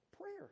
Prayer